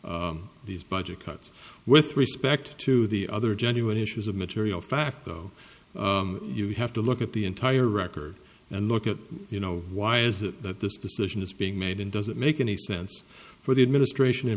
these budget cuts with respect to the other genuine issues of material fact though you have to look at the entire record and look at you know why is it that this decision is being made and does it make any sense for the administration in